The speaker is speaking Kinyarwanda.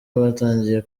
batangiye